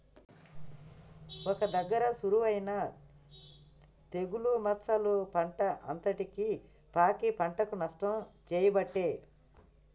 ఒక్క దగ్గర షురువు అయినా తెగులు మచ్చలు పంట అంతటికి పాకి పంటకు నష్టం చేయబట్టే